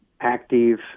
active